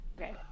okay